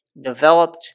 developed